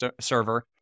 server